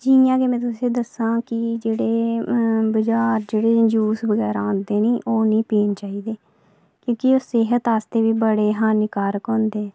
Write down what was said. जि'यां की में तुसेंगी दस्सां कि जेह्ड़े बजार जूस बगैरा औंदे निं ओह् निं पीने चाहिदे की के ओह् सेह्त आस्तै बी बड़े हानिकारक होंदे